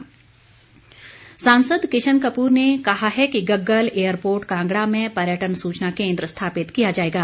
किशन कपूर सांसद किशन कपूर ने कहा है कि गम्गल एयरपोर्ट कांगड़ा में पर्यटन सूचना केन्द्र स्थापित किया जाएगा